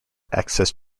access